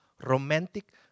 Romantic